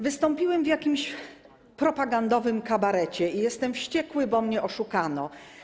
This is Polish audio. Wystąpiłem w jakimś propagandowym kabarecie i jestem wściekły, bo mnie oszukano.